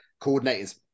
coordinators